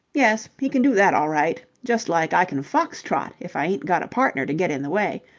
yes, he can do that all right, just like i can fox-trot if i ain't got a partner to get in the way.